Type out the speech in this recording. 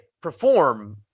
perform